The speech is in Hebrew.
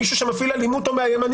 מפעיל אלימות או מאיים.